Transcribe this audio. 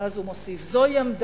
ואז הוא מוסיף: "זאת היא עמדה,